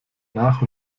nach